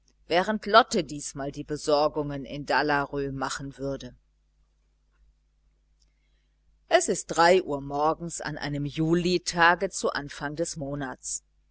während lotte diesmal die besorgungen in dalarö machen würde es ist drei uhr morgens an einem julitage zu anfang des monats